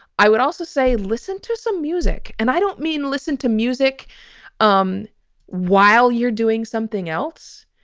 i would also say listen to some music and i don't mean listen to music um while you're doing something else.